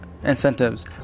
Incentives